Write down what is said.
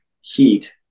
heat